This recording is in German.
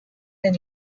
den